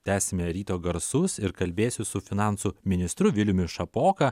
tęsime ryto garsus ir kalbėsiu su finansų ministru viliumi šapoka